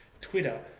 Twitter